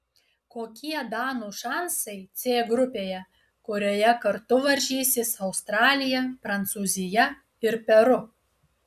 kokie danų šansai c grupėje kurioje kartu varžysis australija prancūzija ir peru